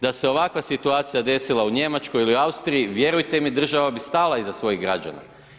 Da se je ovakva situacija desila u Njemačkoj ili u Austriji, vjerujte mi država bi stala iza svojih građana.